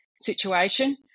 situation